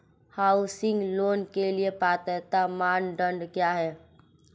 Housing loan के लिए पात्रता मानदंड क्या हैं?